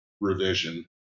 revision